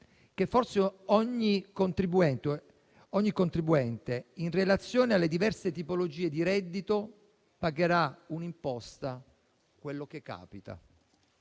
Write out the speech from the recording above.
che forse ogni contribuente, in relazione alle diverse tipologie di reddito, pagherà un'imposta come capita.